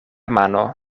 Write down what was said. mano